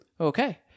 okay